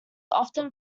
often